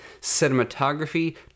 cinematography